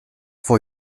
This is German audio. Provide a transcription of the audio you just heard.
vor